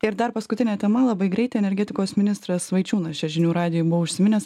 ir dar paskutinė tema labai greitai energetikos ministras vaičiūnas čia žinių radijui buvo užsiminęs